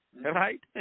Right